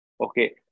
Okay